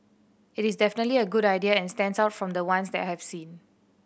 it is definitely a good idea and stands out from the ones that I have seen